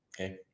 Okay